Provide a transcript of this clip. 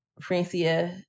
Francia